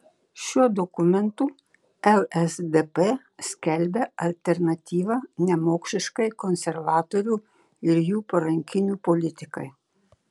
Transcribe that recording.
šiuo dokumentu lsdp skelbia alternatyvą nemokšiškai konservatorių ir jų parankinių politikai